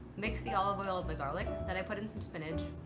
mix the olive oil the garlic then i put in some spinach.